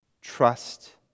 Trust